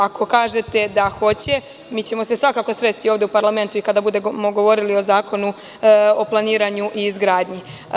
Ako kažete da hoće, mi ćemo se svakako sresti ovde u parlamentu i kada budemo govorili o Zakonu o planiranju i izgradnji.